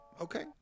Okay